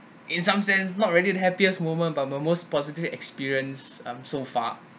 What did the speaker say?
in some sense not really the happiest moment but my most positive experience um so far